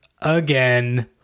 again